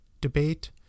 debate